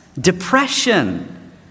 depression